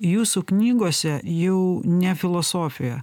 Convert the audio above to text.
jūsų knygose jau ne filosofija